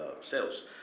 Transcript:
sales